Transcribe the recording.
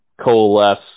coalesce